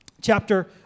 chapter